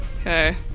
okay